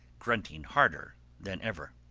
grunting harder than ever.